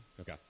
Okay